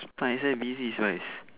spice eh busy spice